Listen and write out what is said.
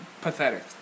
pathetic